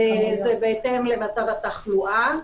זה בהתאם למצב התחלואה,